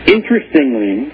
Interestingly